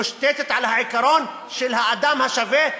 מושתתת על העיקרון של האדם השווה,